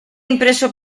impreso